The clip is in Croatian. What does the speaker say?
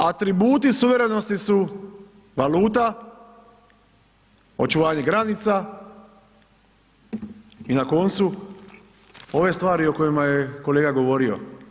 Atributi suverenosti su valuta, očuvanje granica i na koncu, ove stvari o kojima je kolega govorio.